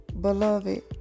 Beloved